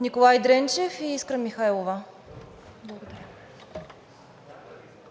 Николай Дренчев и Искра Михайлова.